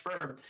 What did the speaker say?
firm